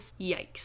yikes